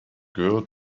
girl